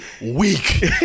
weak